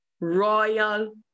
royal